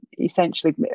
essentially